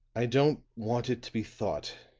i don't want it to be thought,